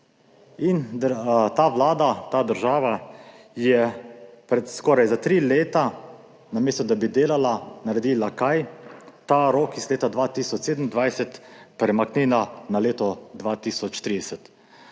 Ta vlada, ta država je skoraj za tri leta, namesto da bi delala, naredila – kaj? Ta rok iz leta 2027 premaknila na leto 2030.